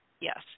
yes